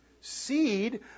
Seed